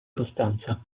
costanza